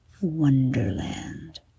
wonderland